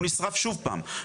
הוא נשרף שוב פעם.